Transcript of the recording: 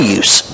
use